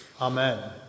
Amen